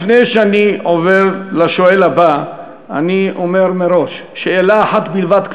לפני שאני עובר לשואל הבא אני אומר מראש: שאלה אחת בלבד,